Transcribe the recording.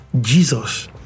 Jesus